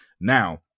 Now